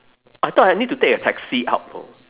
I thought I need to take a taxi up know